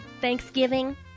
Thanksgiving